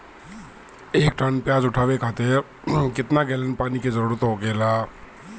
एक टन प्याज उठावे खातिर केतना गैलन पानी के जरूरत होखेला?